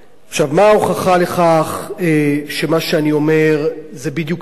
מה ההוכחה לכך שמה שאני אומר זה בדיוק העניין?